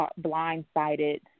blindsided